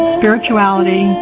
spirituality